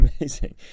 amazing